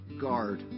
guard